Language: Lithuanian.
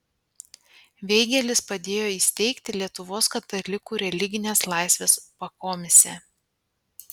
veigelis padėjo įsteigti lietuvos katalikų religinės laisvės pakomisę